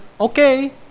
Okay